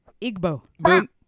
Igbo